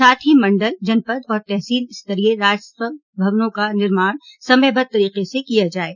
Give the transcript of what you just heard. साथ ही मण्डल जनपद तथा तहसील स्तरीय राजस्व भवनों का निर्माण समयबद्ध तरीके से किया जाये